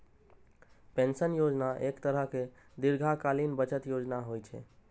pension योजना एक तरहक दीर्घकालीन बचत योजना होइ छै